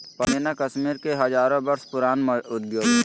पश्मीना कश्मीर के हजारो वर्ष पुराण उद्योग हइ